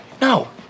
No